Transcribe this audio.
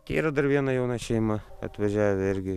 tėra dar viena jauna šeima atvažiavę irgi